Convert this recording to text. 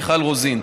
מיכל רוזין.